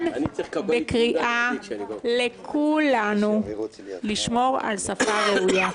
אני יוצאת מכאן בקריאה לכולנו לשמור על שפה ראויה.